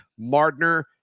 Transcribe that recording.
Mardner